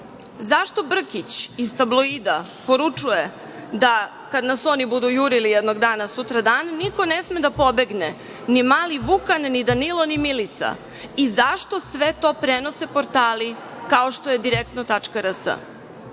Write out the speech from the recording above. Zašto Brkić iz „Tabloida“ poručuje da kad nas oni budu jurili jednog dana, sutradan, niko ne sme da pobegne, ni mali Vukan, ni Danilo, ni Milica? I zašto sve to prenose portali kao što je „Direktno.rs“?